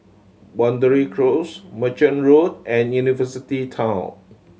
Boundary Close Merchant Road and University Town